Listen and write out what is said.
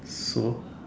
so